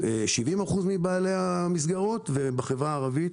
70% מבעלי מסגרות האשראי ואילו בחברה הערבית